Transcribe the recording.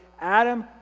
Adam